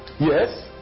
Yes